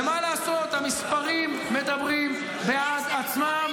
ומה לעשות, המספרים מדברים בעד עצמם.